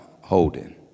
holding